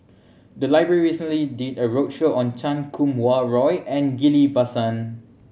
the library recently did a roadshow on Chan Kum Wah Roy and Ghillie Basan